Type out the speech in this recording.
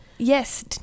Yes